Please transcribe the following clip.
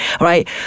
right